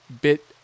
bit